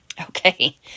Okay